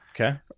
Okay